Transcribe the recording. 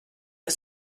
ist